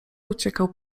uciekał